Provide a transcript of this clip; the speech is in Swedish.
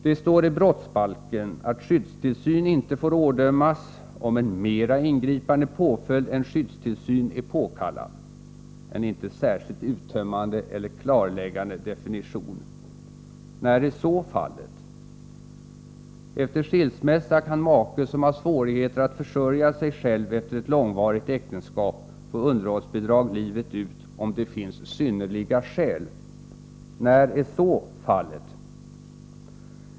Det står i brottsbalken att skyddstillsyn inte får ådömas om en mera ingripande påföljd än skyddstillsyn är påkallad — en inte särskilt uttömmande eller klarläggande definition. När är så fallet? Efter skilsmässa kan make som har svårigheter att försörja sig själv efter ett långvarigt äktenskap få underhållsbidrag livet ut, om det finns synnerliga skäl. När är så fallet?